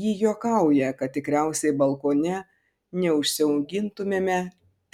ji juokauja kad tikriausiai balkone neužsiaugintumėme